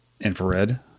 infrared